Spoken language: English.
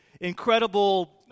incredible